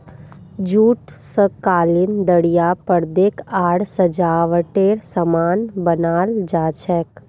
jute स कालीन दरियाँ परदे आर सजावटेर सामान बनाल जा छेक